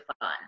fun